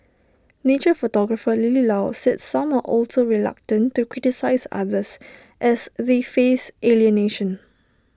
nature photographer lily low said some are also reluctant to criticise others as they feed alienation